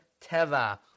teva